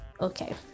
Okay